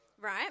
right